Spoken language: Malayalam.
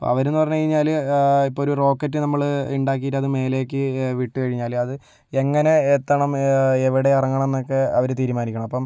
അപ്പോൾ അവരെന്നു പറഞ്ഞു കഴിഞ്ഞാല് ഇപ്പോഴൊരു റോക്കറ്റ് നമ്മള് ഉണ്ടാക്കിട്ട് അത് മേലേക്ക് വിട്ടു കഴിഞ്ഞാല് അത് എങ്ങനെ എത്തണം എവിടെ ഇറങ്ങണം എന്നൊക്കെ അവര് തീരുമാനിക്കണം അപ്പോൾ